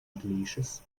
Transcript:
delicious